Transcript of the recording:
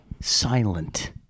silent